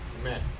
Amen